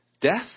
death